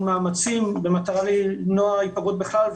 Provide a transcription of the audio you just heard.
מאמצים במטרה למנוע היפגעות בכלל,